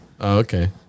okay